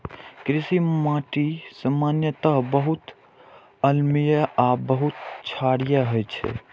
कृषि माटि सामान्यतः बहुत अम्लीय आ बहुत क्षारीय होइ छै